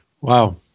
Wow